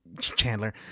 Chandler